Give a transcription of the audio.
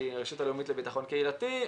היא הרשות הלאומית לביטחון קהילתי.